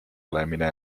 olemine